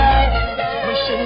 Wishing